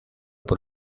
por